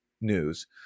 News